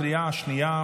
שישה בעד, שניים